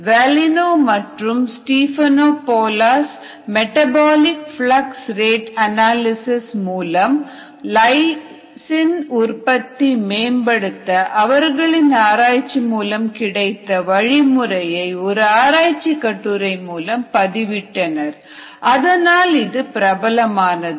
Vallino மற்றும் Stephanopoulos metabolic flux analysis மூலம் lysine உற்பத்தி மேம்படுத்த அவர்களின் ஆராய்ச்சி மூலம் கிடைத்த வழிமுறையை ஒரு ஆராய்ச்சி கட்டுரை மூலம் பதி விட்டனர் அதனால் இது பிரபலமானது